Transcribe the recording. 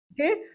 okay